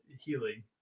healing